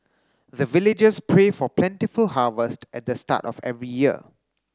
the villagers pray for plentiful harvest at the start of every year